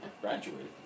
Graduated